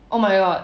oh my god